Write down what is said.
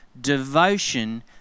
Devotion